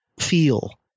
feel